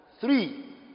Three